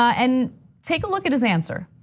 and take a look at his answer.